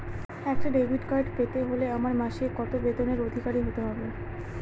একটা debit card পেতে হলে আমার মাসিক কত বেতনের অধিকারি হতে হবে?